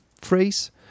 phrase